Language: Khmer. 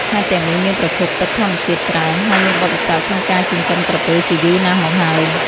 ខេត្តទាំងនេះមានប្រភពទឹកធម្មជាតិច្រើន ហើយមានបទពិសោធន៍ក្នុងការចិញ្ចឹមក្រពើជាយូរណាស់មកហើយ។